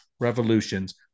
Revolutions